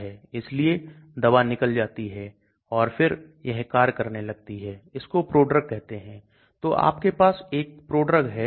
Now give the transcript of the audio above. इस मॉलिक्यूल को देखें CH2 समूह में से कुछ को हटा दिया गया है घुलनशीलता 166 हो गई है और अब एक एसिड को बाहर निकालिए यह घुलनशीलता 7 हो जाती है